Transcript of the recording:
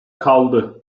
kaldı